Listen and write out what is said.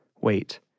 Wait